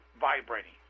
vibrating